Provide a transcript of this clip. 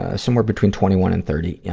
ah somewhere between twenty one and thirty. yeah